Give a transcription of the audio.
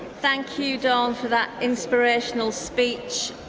thank you, dawn for that inspirational speech.